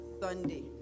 Sunday